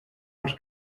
els